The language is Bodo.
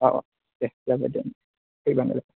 औ औ दे जागोन दे फैबानो जाबाय